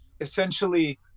essentially